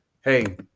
hey